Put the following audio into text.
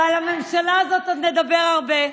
ועל הממשלה הזאת עוד נדבר הרבה.